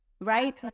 right